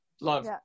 love